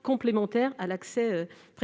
une réponse à d'autres